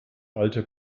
alte